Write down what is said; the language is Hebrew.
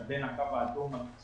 בין הקו האדום.